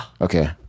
Okay